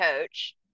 coach